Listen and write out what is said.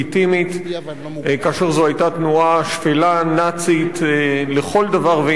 כאשר זו היתה תנועה שפלה ונאצית לכל דבר ועניין,